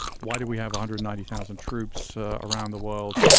why do we have a hundred ninety thousand troops around the world?